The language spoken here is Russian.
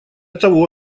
того